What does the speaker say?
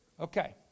okay